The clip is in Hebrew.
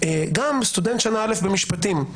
גם סטודנט שנה א' במשפטים,